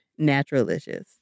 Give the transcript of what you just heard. Naturalicious